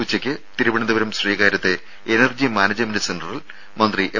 ഉച്ചയ്ക്ക് തിരുവനന്തപുരം ശ്രീകാര്യത്തെ energy management സെന്ററിൽ മന്ത്രി എം